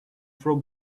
throw